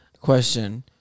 Question